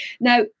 Now